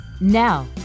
Now